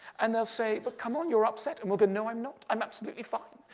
and they'll say, but come on, you're upset. and we'll go, no, i'm not. i'm absolutely fine.